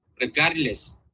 regardless